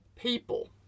people